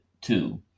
two